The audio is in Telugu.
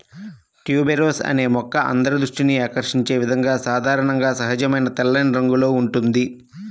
ట్యూబెరోస్ అనే మొక్క అందరి దృష్టిని ఆకర్షించే విధంగా సాధారణంగా సహజమైన తెల్లని రంగులో ఉంటుంది